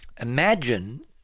Imagine